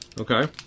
Okay